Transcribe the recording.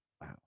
Wow